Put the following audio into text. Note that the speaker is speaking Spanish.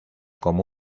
como